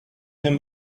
him